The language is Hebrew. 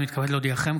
אני מתכבד להודיעכם,